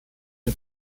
wir